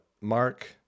Mark